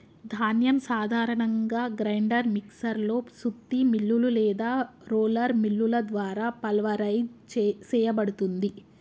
ధాన్యం సాధారణంగా grinder mixer లో సుత్తి మిల్లులు లేదా రోలర్ మిల్లుల ద్వారా పల్వరైజ్ సేయబడుతుంది